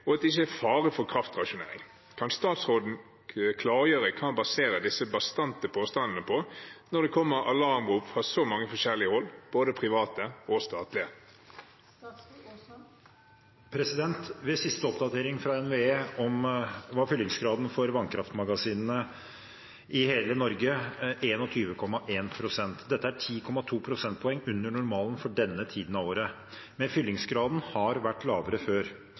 uttalt at magasinfyllingsgraden er tilstrekkelig, og at det ikke er fare for kraftrasjonering. Kan statsråden klargjøre hva han baserer disse bastante påstandene på, når det kommer alarmrop fra så mange forskjellige hold, både private og statlige?» Ved siste oppdatering fra NVE var fyllingsgraden for vannkraftmagasinene i hele Norge 21,1 pst. Dette er 10,2 pst. under normalen for denne tiden av året, men fyllingsgraden har vært lavere før.